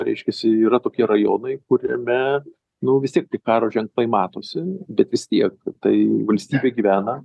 reiškiasi yra tokie rajonai kuriame nu vis tiek tie karo ženklai matosi bet vis tiek tai valstybė gyvena